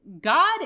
God